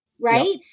Right